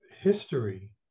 history